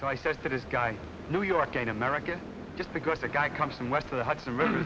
so i said to this guy new york an american just because the guy comes from west of the hudson river